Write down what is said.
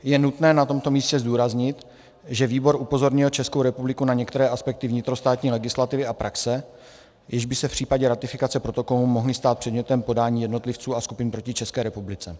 Je nutné na tomto místě zdůraznit, že výbor upozornil Českou republiku na některé aspekty vnitrostátní legislativy a praxe, jež by se v případě ratifikace protokolu mohly stát předmětem podání jednotlivců a skupin proti České republice.